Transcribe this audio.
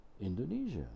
indonesia